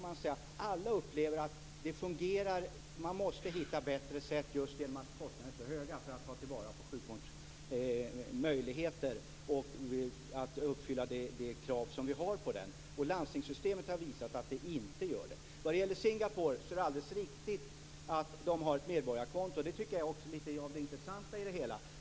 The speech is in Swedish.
Men alla upplever att man måste hitta bättre sätt, just genom att kostnaderna är så höga, för att ta vara på sjukvårdens möjligheter och uppfylla de krav vi har på den. Landstingssystemet har visat att det inte gör det. Vad gäller Singapore är det alldeles riktig att de har medborgarkonton. Det tycker jag är lite av det intressanta i det hela.